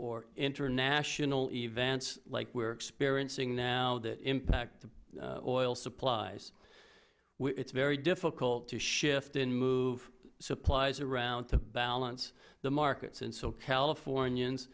or international events like we're experiencing now that impact oil supplies it's very difficult to shift and move supplies around to balance the markets and so californians